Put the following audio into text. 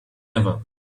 ever